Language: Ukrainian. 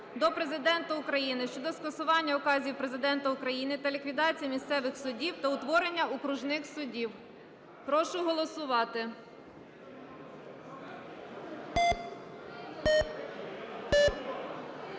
до Президента України щодо скасування указів Президента України про ліквідацію місцевих судів та утворення окружних судів. Прошу голосувати.